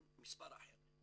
זה מספר אחר.